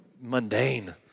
mundane